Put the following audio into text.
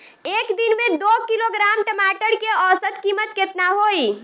एक दिन में दो किलोग्राम टमाटर के औसत कीमत केतना होइ?